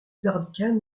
barbicane